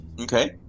Okay